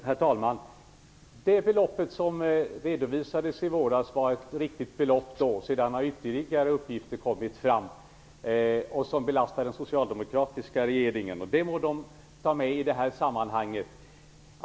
Herr talman! Det belopp som redovisades i våras var riktigt då. Sedan har ytterligare uppgifter som belastar den socialdemokratiska regeringen kommit fram. Det må Socialdemokraterna ta med i detta sammanhang.